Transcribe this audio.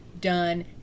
done